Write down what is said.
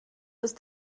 ist